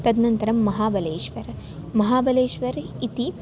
तदनन्तरं महाबलेश्वर् महाबलेश्वर् इति